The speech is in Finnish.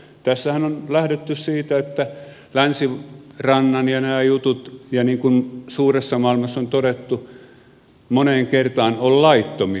tässähän on lähdetty siitä että länsirannan nämä jutut niin kuin suuressa maailmassa on todettu moneen kertaan ovat laittomia